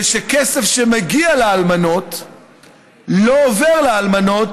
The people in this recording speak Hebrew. זה שכסף שמגיע לאלמנות לא עובר לאלמנות,